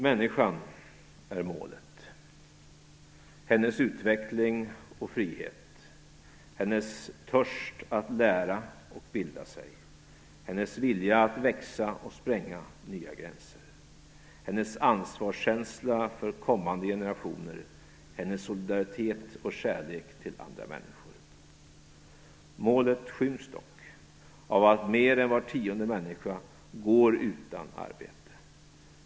Människan är målet - hennes utveckling och frihet, hennes törst att lära och bilda sig, hennes vilja att växa och spränga nya gränser, hennes ansvarskänsla för kommande generationer, hennes solidaritet och kärlek till andra människor. Målet skyms dock av att mer än var tionde människa går utan arbete.